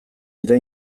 dira